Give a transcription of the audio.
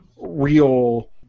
real